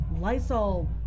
Lysol